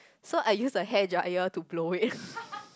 so I use the hair dryer to blow it